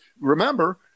remember –